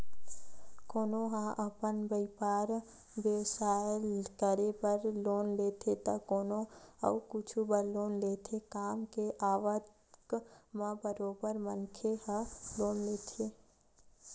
कोनो ह अपन बइपार बेवसाय करे बर लोन लेथे त कोनो अउ कुछु बर लोन लेथे काम के आवक म बरोबर मनखे ह लोन लेथे